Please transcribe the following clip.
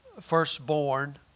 firstborn